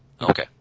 Okay